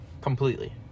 completely